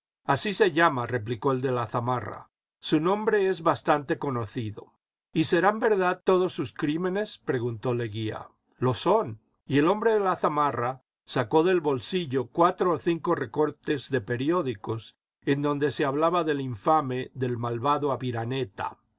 así se llama replicó el de la zamarra su nombre es bastante conocido y iserán verdad todos sus crímenes preguntó leguía lo son y el hombre de la zamarra sacó del bolsillo cuatro o cinco recortes de periódicos en donde se hablaba del infame del malvado aviraneta